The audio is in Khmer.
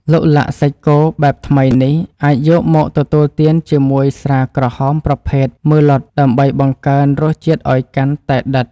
ឡុកឡាក់សាច់គោបែបថ្មីនេះអាចយកមកទទួលទានជាមួយស្រាក្រហមប្រភេទម៉ឺឡុតដើម្បីបង្កើនរសជាតិឱ្យកាន់តែដិត។